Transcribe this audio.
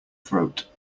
throat